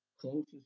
closest